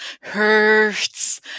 hurts